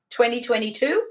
2022